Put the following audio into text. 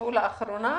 שהתווספו לאחרונה?